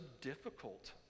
difficult